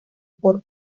por